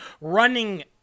running